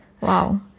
Wow